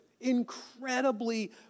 incredibly